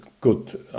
good